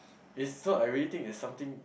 it's so I really think it's something